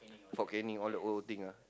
Fort-Canning all the old old thing ah